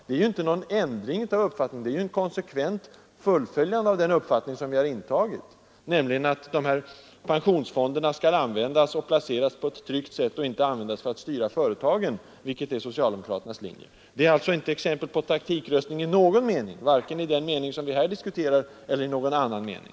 Det är inte någon ändring av uppfattningen, det är ett konsekvent fullföljande av vår uppfattning att de här pensionsfonderna skall användas och placeras på ett tryggt sätt. De skall inte användas för att styra företagen, vilket är socialdemokraternas linje. Det är alltså inte exempel på taktikröstning i någon mening, vare sig i den mening vi här diskuterar eller i någon annan mening.